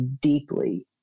deeply